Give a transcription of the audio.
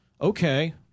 Okay